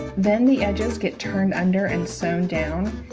then the edges get turned under and sewn down